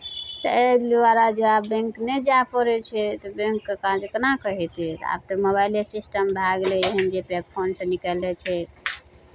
तऽ एहि दुआरे जे आब बैंक नहि जाय पड़ै छै तऽ बैंकके काज केना कऽ हेतै आब तऽ मोबाइले सिस्टम भए गेलै एहन जे पे फोनसँ निकालि लै छै